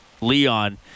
Leon